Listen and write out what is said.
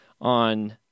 on